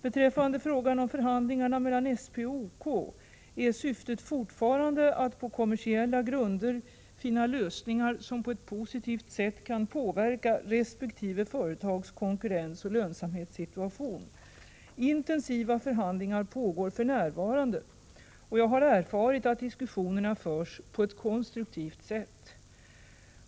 Beträffande frågan om förhandlingarna mellan SP och OK är syftet fortfarande att på kommersiella grunder finna lösningar som på ett positivt sätt kan påverka resp. företags konkurrensoch lönsamhetssituation. Intensiva förhandlingar pågår för närvarande, och jag har erfarit att diskussionerna förs på ett konstruktivt sätt.